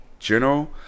general